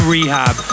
Rehab